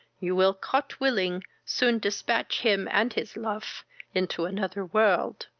you will, cot willing, soon dispatch him and his luf into another world.